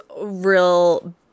real